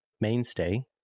mainstay